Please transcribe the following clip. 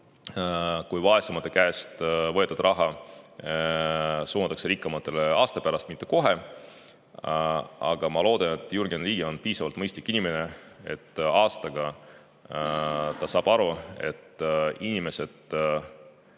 kui vaesemate käest võetud raha suunatakse rikkamatele aasta pärast, mitte kohe. Aga ma loodan, et Jürgen Ligi on piisavalt mõistlik inimene, et aastaga ta saab aru, et inimesed